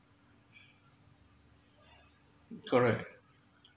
correct